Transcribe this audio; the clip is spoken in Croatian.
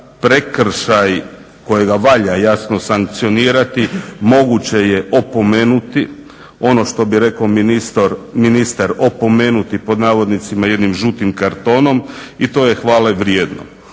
prekršaj kojega valja jasno sankcionirati moguće je opomenuti. Ono što bi rekao ministar "opomenuti" pod navodnicima jednim žutim kartonom i to je hvale vrijedno.